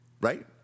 Right